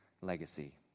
legacy